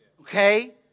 Okay